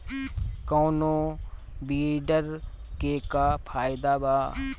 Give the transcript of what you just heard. कौनो वीडर के का फायदा बा?